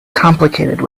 complicated